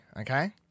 Okay